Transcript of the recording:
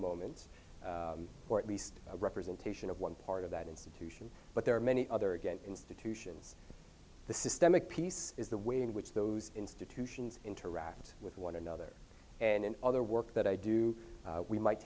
moment or at least a representation of one part of that institution but there are many other again institutions the systemic piece is the way in which those institutions interact with one another and in other work that i do we might